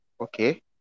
Okay